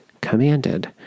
commanded